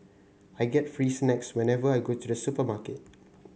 I get free snacks whenever I go to the supermarket